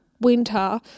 Winter